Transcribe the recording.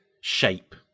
shape